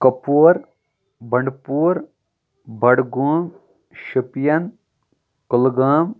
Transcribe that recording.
Kupwara Bandipora Budgam Shopian Kulgam